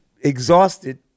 exhausted